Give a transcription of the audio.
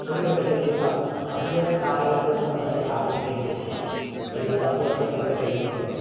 ഒരു പക്ഷെ ഒരു പത്ത് അധിക കാലഘട്ടമൊന്നും നമ്മൾ കാത്തിരിക്കേണ്ടി വരില്ല ഒരു പത്ത് വർഷം കൂടി കഴിയുമ്പോൾ